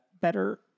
better